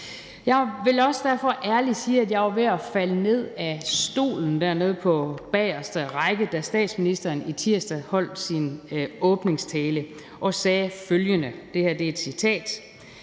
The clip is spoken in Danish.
Jeg vil også derfor ærligt sige, at jeg var ved at falde ned af stolen dernede på bagerste række, da statsministeren i tirsdags holdt sin åbningstale og sagde følgende, og det er et citat: